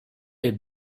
est